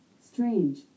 strange